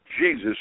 Jesus